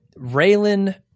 Raylan